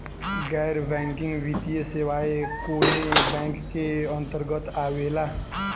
गैर बैंकिंग वित्तीय सेवाएं कोने बैंक के अन्तरगत आवेअला?